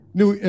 New